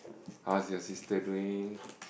how's your sister doing